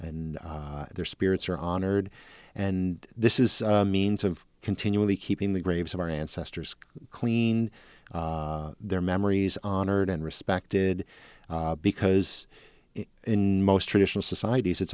and their spirits are honored and this is means of continually keeping the graves of our ancestors clean their memories honored and respected because in most traditional societies it's